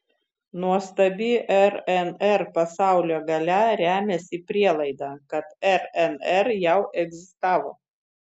nuostabi rnr pasaulio galia remiasi prielaida kad rnr jau egzistavo